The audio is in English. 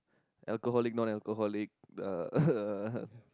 alcoholic non alcoholic uh uh